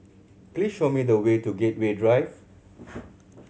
please show me the way to Gateway Drive